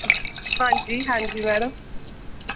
आं जी हां जी मैडम